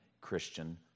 Christian